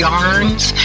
Yarns